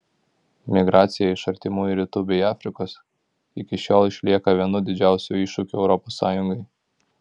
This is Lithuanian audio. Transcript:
migracija iš artimųjų rytų bei afrikos iki šiol išlieka vienu didžiausių iššūkių europos sąjungai